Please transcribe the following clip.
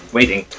Waiting